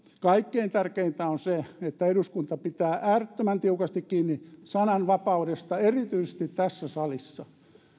kaikkein tärkeintä on se että eduskunta pitää äärettömän tiukasti kiinni sananvapaudesta erityisesti tässä salissa